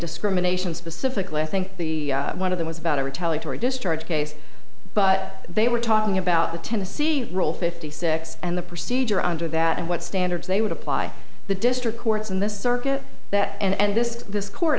discrimination specifically i think the one of them was about a retaliatory discharge case but they were talking about the tennessee rule fifty six and the procedure under that and what standards they would apply the district courts in this circuit that and this this court